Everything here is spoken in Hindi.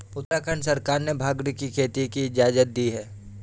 उत्तराखंड सरकार ने भाँग की खेती की इजाजत दी है